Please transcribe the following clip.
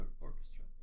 orchestra